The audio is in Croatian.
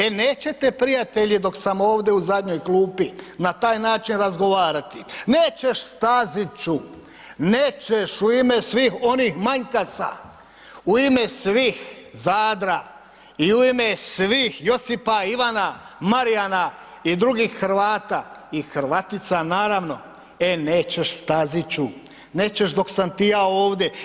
E nećete prijatelji dok sam ovdje u zadnjoj klupi na taj način razgovarati. nećeš Staziću, nećeš u ime svih onih Manjkasa u ime svih Zadra i u ime svih Josipa, Ivana, Marijana i drugih Hrvata i Hrvatica naravno, e nećeš Staziću, nećeš dok sam ti ja ovdje.